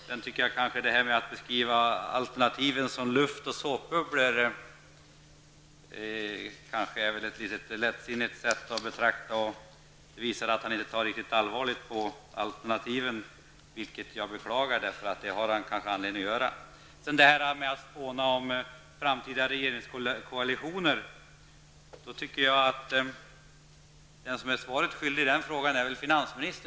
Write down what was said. Sedan tycker jag att finansministerns beskrivning av alternativen som luft och som såpbubblor kanske kan betecknas som ett något lättsinnigt sätt att betrakta dessa saker. Det visar att finansministern inte riktigt tar alternativen på allvar. Jag beklagar detta. Finansministern har nog anledning att ta alternativen på allvar. När det gäller att så att säga spåna om framtida regeringskoalitioner vill jag säga följande. Den som är svaret skyldig i den frågan är väl ändå finansministern.